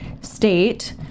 state